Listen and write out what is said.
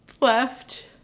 left